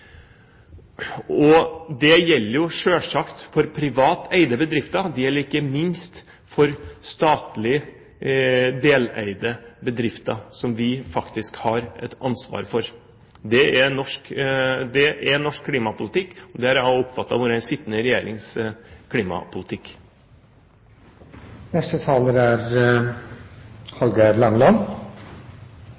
Det gjelder selvsagt for privateide bedrifter. Det gjelder ikke minst for statlig deleide bedrifter, som vi faktisk har et ansvar for. Det er norsk klimapolitikk, og det har jeg også oppfattet har vært den sittende regjerings